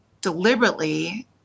deliberately